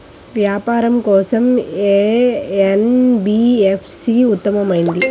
వ్యాపారం కోసం ఏ ఎన్.బీ.ఎఫ్.సి ఉత్తమమైనది?